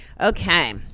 Okay